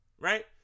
Right